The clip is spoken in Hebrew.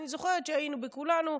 אני זוכרת שהיינו בכולנו,